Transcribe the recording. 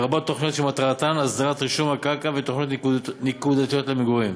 לרבות תוכניות שמטרתן הסדרת רישום הקרקע ותוכניות נקודתיות למגורים,